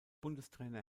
bundestrainer